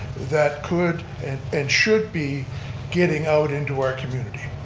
that could and should be getting out into our community.